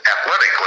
athletically